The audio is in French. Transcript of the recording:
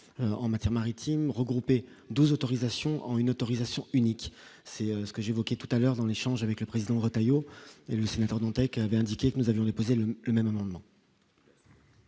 en matière maritime regrouper 2 autorisations ont une autorisation unique, c'est ce que j'ai évoquais tout à l'heure dans l'échange avec le président Retailleau, élu sénateur Dantec, avait indiqué que nous avions déposé le même amendement.